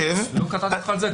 לא קטעתי אותך על זה.